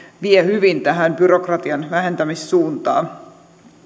vie hyvin tähän byrokratian vähentämissuuntaan